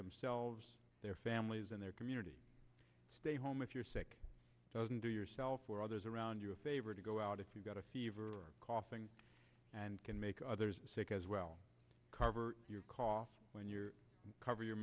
themselves their families and their community stay home if you're sick doesn't do yourself or others around you a favor to go out if you've got a fever coughing and can make others sick as well cover your cough when your cover your